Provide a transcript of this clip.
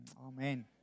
amen